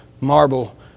marble